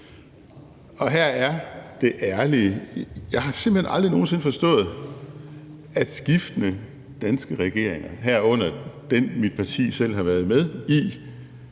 Her er det ærlige: Jeg har simpelt hen aldrig nogen sinde forstået, at skiftende danske regeringer, herunder den, som mit parti selv har været med i,